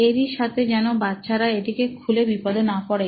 এরই সাথে জেঁকে বাচ্চারা এটিকে খুলে বিপদে না পড়ে